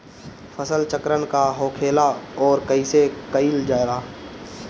फसल चक्रण का होखेला और कईसे कईल जाला?